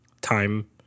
time